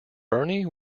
burney